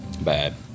Bad